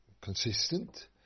consistent